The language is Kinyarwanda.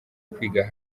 kwiga